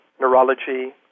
neurology